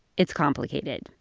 it's complicated.